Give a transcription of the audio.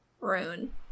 rune